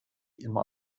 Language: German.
immer